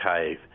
cave